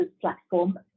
platform